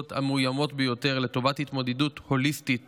המאוימות ביותר לטובת התמודדות הוליסטית